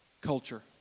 Culture